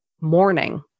morning